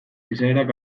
esaerak